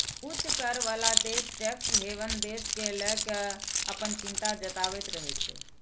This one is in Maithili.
उच्च कर बला देश टैक्स हेवन देश कें लए कें अपन चिंता जताबैत रहै छै